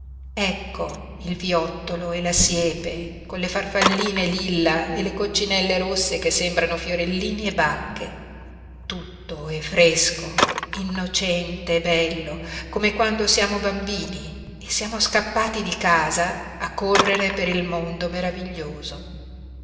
ecco il viottolo e la siepe con le farfalline lilla e le coccinelle rosse che sembrano fiorellini e bacche tutto è fresco innocente e bello come quando siamo bambini e siamo scappati di casa a correre per il mondo meraviglioso